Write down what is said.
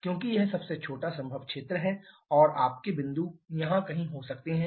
क्योंकि यह सबसे छोटा संभव क्षेत्र है और आपके बिंदु यहां कहीं हो सकते हैं